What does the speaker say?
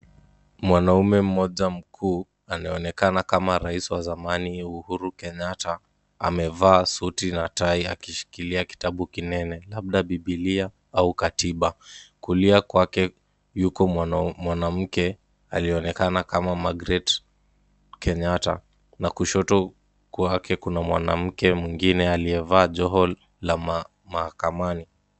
Mwanaume mmoja mkuu anaonekana kama rais wa zamani Uhuru Kenyatta amevaa suti na tai akishikilia kitabu kinene, labda Bibilia au katiba. Kulia kwake yuko mwanamke aliyeonekana kama Margaret Kenyatta na kushoto kwake kuna mwanamke mwingine aliyevaa joho la mahakamani.